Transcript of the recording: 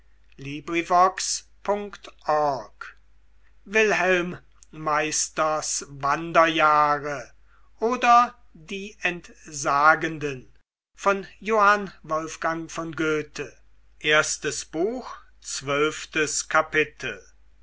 wilhelm meisters wanderjahre oder die entsagenden